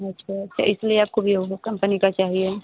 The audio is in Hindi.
अच्छा तो इसलिए आपको वीवो कम्पनी का चाहिए